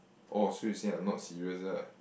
oh so you say I'm not serious ah